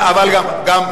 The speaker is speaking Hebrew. אני אענה לכולכם.